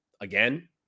again